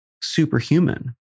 superhuman